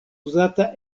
uzata